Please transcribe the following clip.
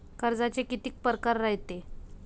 कर्जाचे कितीक परकार रायते?